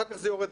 אחר כך זה יורד.